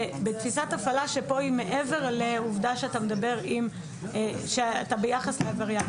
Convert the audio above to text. תפיסת הפעלה שפה היא מעבר לעובדה שאתה ביחס לעבריין,